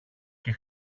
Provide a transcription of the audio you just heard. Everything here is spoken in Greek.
και